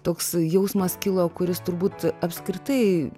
toks jausmas kilo kuris turbūt apskritai